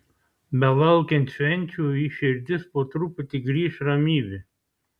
belaukiant švenčių į širdis po truputį grįš ramybė